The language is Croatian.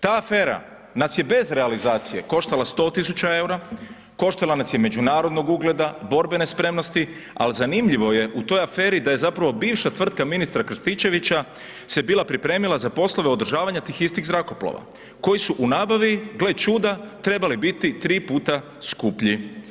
Ta afera nas je bez realizacije koštala 100.000 EUR-a, koštala nas je međunarodnog ugleda, borbene spremnosti al zanimljivo je u toj aferi da je zapravo bivša tvrtka ministra Krstičevića se bila pripremila za poslove održavanja tih istih zrakoplova koji su u nabavi, gle čuda, trebali biti 3 puta skuplji.